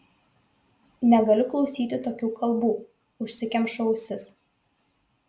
negaliu klausyti tokių kalbų užsikemšu ausis